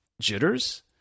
jitters